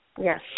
Yes